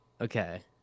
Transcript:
Okay